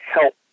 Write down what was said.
help